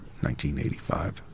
1985